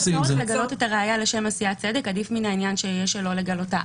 הצורך לגלות את הראיה לשם עשיית צדק עדיף מן העניין שיש שלא לגלותה.